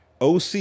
OC